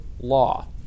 law